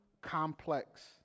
complex